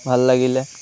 ভাল লাগিলে